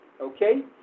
okay